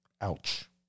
Ouch